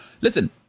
listen